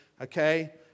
okay